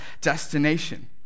destination